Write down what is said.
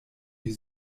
die